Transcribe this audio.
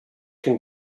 can